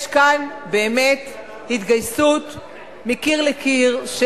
יש כאן באמת התגייסות מקיר לקיר של